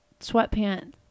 sweatpants